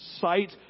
sight